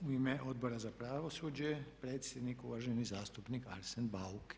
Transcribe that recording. U ime Obora za pravosuđe, predsjednik, uvaženi zastupnik Arsen Bauk.